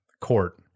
court